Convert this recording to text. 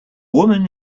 woman